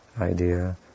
idea